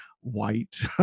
white